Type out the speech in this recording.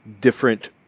different